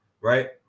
right